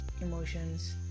emotions